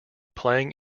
playing